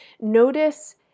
Notice